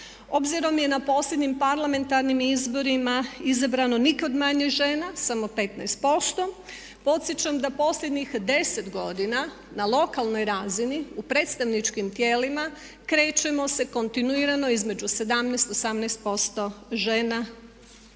Obzirom je na posljednjim parlamentarnim izborima izabrano nikad manje žena samo 15%. Podsjećam da posljednjih 10 godina na lokalnoj razini u predstavničkim tijelima krećemo se kontinuirano između 17, 18% žena